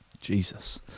Jesus